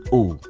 oh,